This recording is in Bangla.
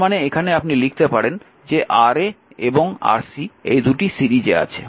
তার মানে এখানে লিখতে পারেন যে এই Ra এবং Rc এই 2টি সিরিজে আছে